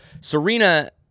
Serena